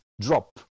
drop